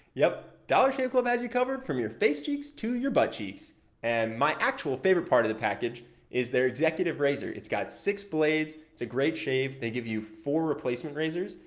yep, dollar shave club has you covered from your face cheeks to your butt cheeks and my actual favorite part of the package is their executive razor it's got six blades, it's a great shave, and they give you four replacement razors.